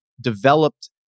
developed